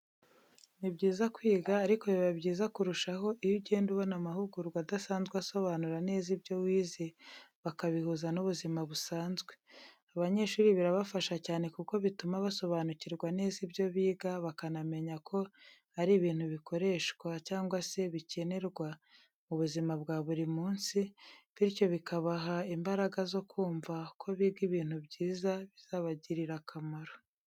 Ni byiza kwiga ariko biba byiza kurushaho iyo ugenda ubona n'amahugurwa adasanzwe asobanura neza ibyo wize bakabihuza n'ubuzima busanzwe. Abanyeshuri birabafasha cyane kuko bituma basobanukirwa neza ibyo biga bakanamenya ko ari ibintu bikoreshwa cyangwa se bikenerwa mu buzima bwa buri munsi, bityo bikabaha imbaraga zo kumva ko biga ibintu byiza bizabagirira akamaro.